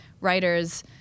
writers